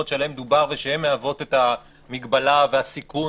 שעליהן דובר ושהן מהוות את המגבלה והסיכון.